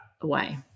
away